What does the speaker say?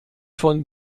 von